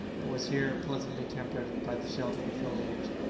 but was here pleasantly tempered by the shelter of the foliage.